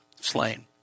Slain